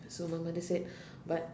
so my mother said but